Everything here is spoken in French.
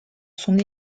son